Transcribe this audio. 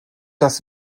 das